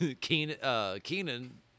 Keenan